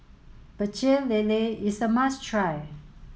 Pecel Lele is a must try